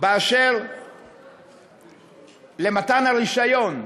אשר למתן הרישיון.